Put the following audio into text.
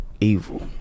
evil